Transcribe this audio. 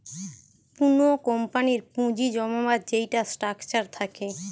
কুনো কোম্পানির পুঁজি জমাবার যেইটা স্ট্রাকচার থাকে